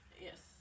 Yes